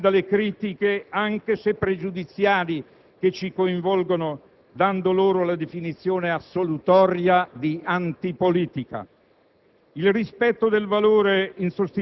onorevoli senatori, di liberarci dalle critiche, anche se pregiudiziali, che ci coinvolgono, dando loro la definizione assolutoria di anti politica.